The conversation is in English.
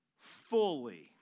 fully